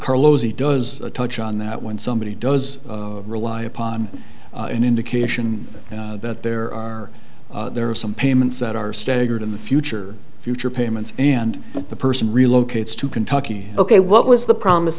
carlos he does touch on that when somebody does rely upon an indication that there are there are some payments that are staggered in the future future payments and the person relocates to kentucky ok what was the promise